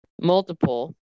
multiple